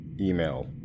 Email